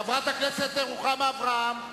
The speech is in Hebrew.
חברת הכנסת רוחמה אברהם,